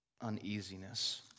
uneasiness